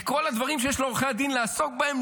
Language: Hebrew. מכל הדברים שיש לעורכי הדין לעסוק בהם,